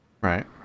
Right